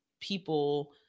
people